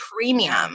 premium